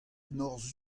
norzh